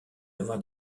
avoir